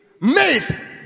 made